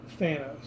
Thanos